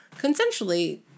consensually